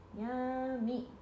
Yummy